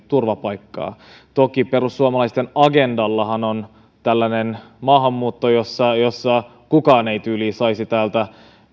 turvapaikkaa toki perussuomalaisten agendallahan on tällainen maahanmuutto jossa kukaan ei tyyliin saisi täältä